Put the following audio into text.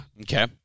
Okay